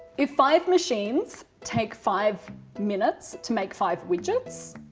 if five machines take five minutes to make five widgets,